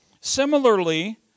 Similarly